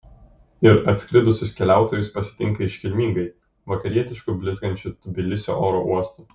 ir atskridusius keliautojus pasitinka iškilmingai vakarietišku blizgančiu tbilisio oro uostu